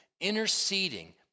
interceding